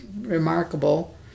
remarkable